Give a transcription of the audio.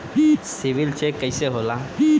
CIBIL check कइसे होला?